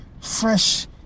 fresh